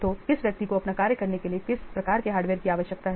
तो किस व्यक्ति को अपना कार्य करने के लिए किस प्रकार के हार्डवेयर की आवश्यकता है